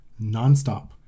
nonstop